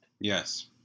Yes